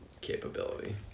capability